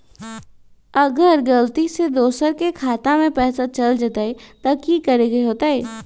अगर गलती से दोसर के खाता में पैसा चल जताय त की करे के होतय?